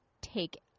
take